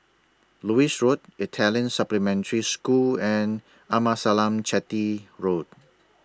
Lewis Road Italian Supplementary School and Amasalam Chetty Road